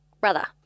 brother